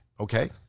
Okay